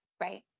Right